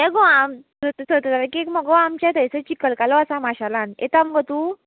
हे गो आम सतरा तारकेक मगो आमचे थंयसर चिकलकालो आसा माशेलान येता मगो तूं